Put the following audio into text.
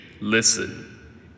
listen